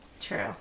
True